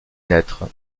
naître